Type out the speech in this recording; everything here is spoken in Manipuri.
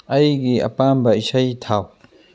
ꯑꯩꯒꯤ ꯑꯄꯥꯝꯕ ꯏꯁꯩ ꯊꯥꯎ